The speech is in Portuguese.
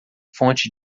fonte